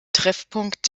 treffpunkt